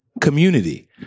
community